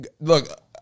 Look